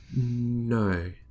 no